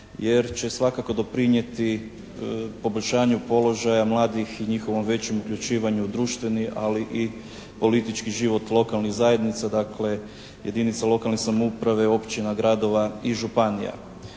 jer će svakako doprinijeti poboljšanju položaja mladih i njihovom većem uključivanju u društveni ali i politički život lokalnih zajednica. Dakle, jedinice lokalne samouprave, općina, gradova i županija.